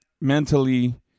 mentally